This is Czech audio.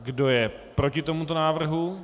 Kdo je proti tomuto návrhu?